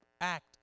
act